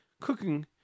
cooking